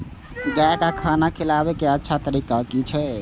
गाय का खाना खिलाबे के अच्छा तरीका की छे?